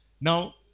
Now